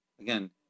again